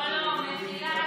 מחילה,